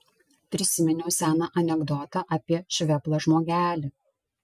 prisiminiau seną anekdotą apie šveplą žmogelį